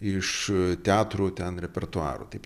iš teatrų ten repertuarų taip